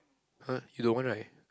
!huh! you don't want right